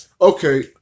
okay